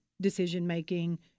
decision-making